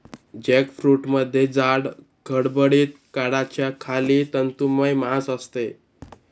जॅकफ्रूटमध्ये जाड, खडबडीत कड्याच्या खाली तंतुमय मांस असते